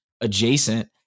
adjacent